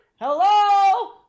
hello